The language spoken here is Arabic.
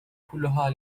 كلها